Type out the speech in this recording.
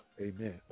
Amen